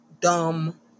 dumb